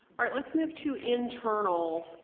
ah let's move to internal